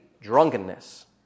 drunkenness